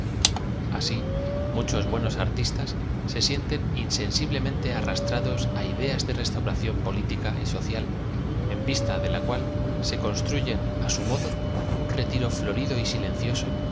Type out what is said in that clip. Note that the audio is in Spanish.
así muchos buenos artistas se sienten insensiblemen te arrastrados á ideas de restauración política y so cial en vista de la cual se construyen á au modo un retiro florido y ailencioso